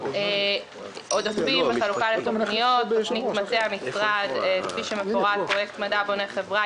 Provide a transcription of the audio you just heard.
אלה העודפים בחלוקה לתוכניות: פרויקט "מדע בונה חברה",